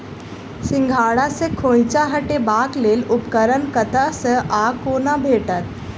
सिंघाड़ा सऽ खोइंचा हटेबाक लेल उपकरण कतह सऽ आ कोना भेटत?